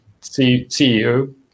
CEO